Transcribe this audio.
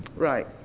right.